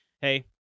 hey –